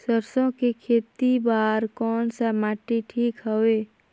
सरसो के खेती बार कोन सा माटी ठीक हवे?